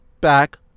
back